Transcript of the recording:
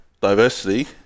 diversity